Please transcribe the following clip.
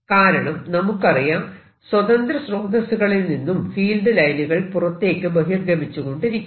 കാരണം നമുക്കറിയാം സ്വതന്ത്ര സ്രോതസ്സുകളിൽ നിന്നും ഫീൽഡ് ലൈനുകൾ പുറത്തേക്ക് ബഹിർഗമിച്ചുകൊണ്ടിരിക്കും